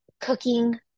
cooking